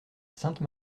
sainte